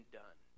done